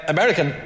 American